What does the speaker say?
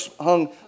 hung